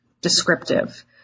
descriptive